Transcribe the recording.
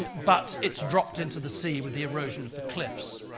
but it's dropped into the sea with the erosion of the cliffs.